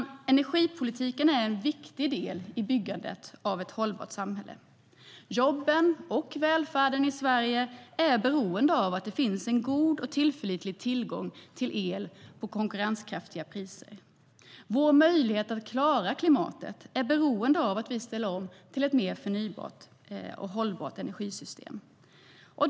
Energipolitiken är en viktig del i byggandet av ett hållbart samhälle. Jobben och välfärden i Sverige är beroende av att det finns en god och tillförlitlig tillgång till el till konkurrenskraftiga priser. Vår möjlighet att klara klimatet är beroende av att vi ställer om till ett mer förnybart och hållbart energisystem.